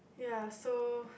ya so